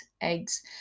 eggs